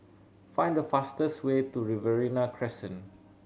find the fastest way to Riverina Crescent